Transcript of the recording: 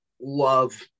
love